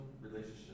relationship